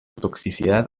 toxicidad